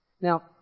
Now